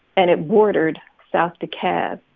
and it bordered south dekalb.